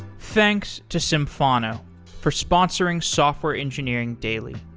thanks to symphono for sponsoring software engineering daily.